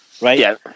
right